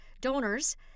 donors